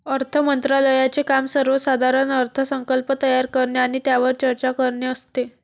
अर्थ मंत्रालयाचे काम सर्वसाधारण अर्थसंकल्प तयार करणे आणि त्यावर चर्चा करणे हे असते